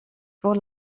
pour